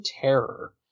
terror